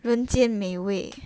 人间美味